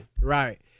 Right